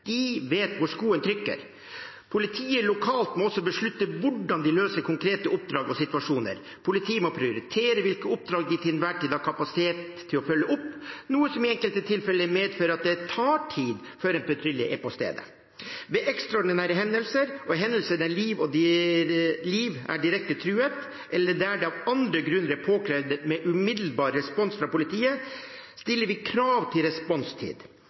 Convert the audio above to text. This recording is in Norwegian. De vet hvor skoen trykker. Politiet lokalt må også beslutte hvordan de løser konkrete oppdrag og situasjoner. Politiet må prioritere hvilke oppdrag de til enhver tid har kapasitet til å følge opp, noe som i enkelte tilfeller medfører at det tar tid før en patrulje er på stedet. Ved ekstraordinære hendelser og hendelser der liv er direkte truet, eller der det av andre grunner er påkrevet med umiddelbar respons fra politiet, stiller vi krav til responstid.